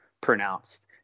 pronounced